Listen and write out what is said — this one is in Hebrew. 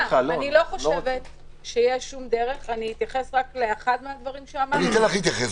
אתייחס רק לאחד מהדברים שאמרת --- אתן לך להתייחס,